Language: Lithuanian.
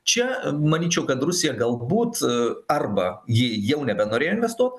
čia manyčiau kad rusija galbūt arba ji jau nebenorėjo investuot